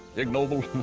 ignobles,